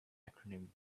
acronym